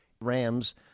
Rams